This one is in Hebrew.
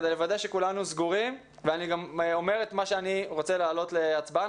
כדי לוודא שכולנו סגורים ואני גם אומר את מה שאני רוצה להעלות להצבעה.